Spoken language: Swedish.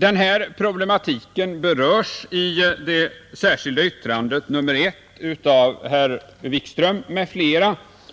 Denna problematik berörs i det särskilda yttrandet nr 1 av herr Wikström m.fl.